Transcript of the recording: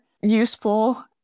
useful